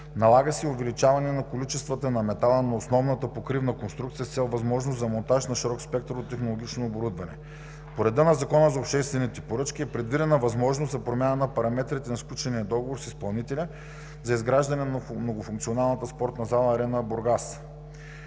Налага се и увеличаване на количествата на метала на основната покривна конструкция с цел възможност на монтаж на широк спектър от технологично оборудване. По реда на Закона за обществените поръчки е предвидена възможност за промяна на параметрите на сключения договор с изпълнителя за изграждане на Многофункционалната спортна зала „Арена“ – Бургас.